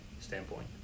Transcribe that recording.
standpoint